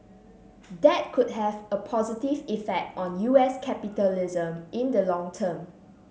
that could have a positive effect on U S capitalism in the long term